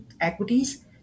equities